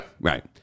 Right